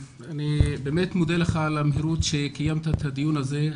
אני באמת מודה לך על המהירות שקיימת את הדיון הזה,